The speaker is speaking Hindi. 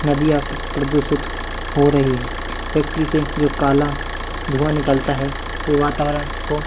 नदियाँ प्रदूषित हो रही हैं फ़ैक्ट्री से जो काला धुआँ निकलता है वो वातावरण को